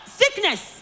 sickness